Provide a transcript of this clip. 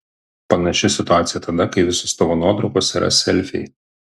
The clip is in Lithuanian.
panaši situacija tada kai visos tavo nuotraukos yra selfiai